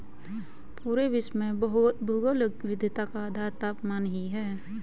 पूरे विश्व में भौगोलिक विविधता का आधार तापमान ही है